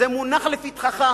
זה מונח לפתחך.